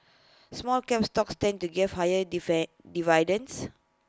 small cap stocks tend to gave higher dividends